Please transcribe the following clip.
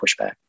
pushback